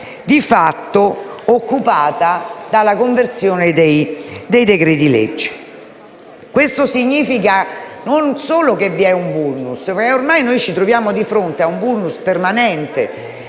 di fatto occupata dalla conversione dei decreti-legge. Questo significa non solo che c'è un *vulnus* ma che ormai ci troviamo di fronte ad un *vulnus* permanente